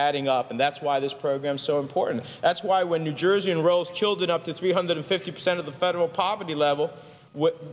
adding up and that's why this program so important that's why when new jerseyan rolls children up to three hundred fifty percent of the federal poverty level